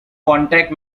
contact